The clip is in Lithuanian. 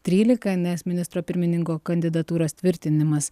trylika nes ministro pirmininko kandidatūros tvirtinimas